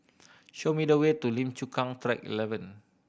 show me the way to Lim Chu Kang Track Eleven